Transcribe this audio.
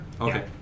Okay